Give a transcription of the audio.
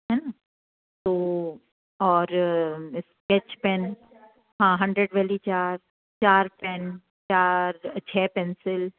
है ना तो और स्केच पेन हाँ हंड्रेड वाली चार चार पैन चार छः पेंसिल